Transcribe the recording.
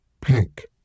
Pink